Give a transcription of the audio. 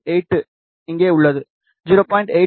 8 இங்கே உள்ளது 0